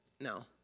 No